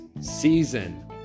season